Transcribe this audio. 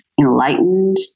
enlightened